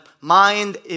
mind